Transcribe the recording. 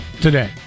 today